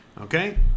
Okay